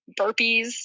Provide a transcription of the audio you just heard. burpees